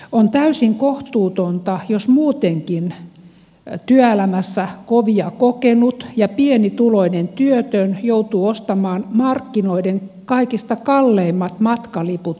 on täysin kohtuutonta jos muutenkin työelämässä kovia kokenut ja pienituloinen työtön joutuu ostamaan markkinoiden kaikista kalleimmat matkaliput työmatkoja varten